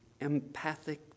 empathic